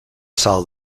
sal